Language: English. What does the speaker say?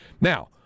Now